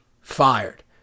fired